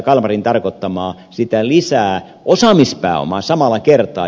kalmarin tarkoittamaa osaamispääomaa lisää samalla kertaa